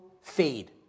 fade